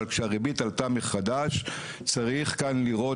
אבל כשהריבית עלתה מחדש צריך כאן לראות